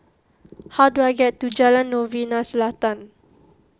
how do I get to Jalan Novena Selatan